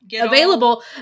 Available